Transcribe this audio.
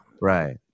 Right